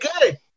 good